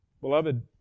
Beloved